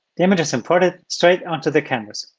the image is imported straight onto the canvas.